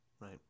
Right